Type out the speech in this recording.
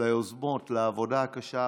ליוזמות על עבודה קשה.